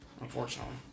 unfortunately